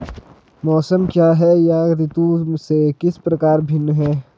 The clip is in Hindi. मौसम क्या है यह ऋतु से किस प्रकार भिन्न है?